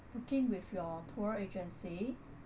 booking with your tour agency